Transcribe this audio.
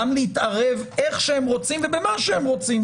גם להתערב איך שהם רוצים במה שהם רוצים